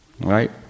right